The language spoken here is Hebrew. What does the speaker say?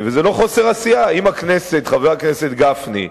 וזה לא חוסר עשייה, חבר הכנסת גפני,